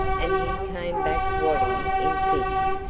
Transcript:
and he came back waddy in fist,